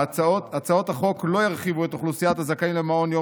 הצעות החוק לא ירחיבו את אוכלוסיית הזכאים למעון יום